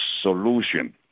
solution